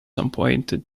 appointed